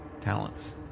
talents